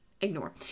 Ignore